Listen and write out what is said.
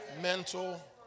Mental